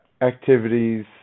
activities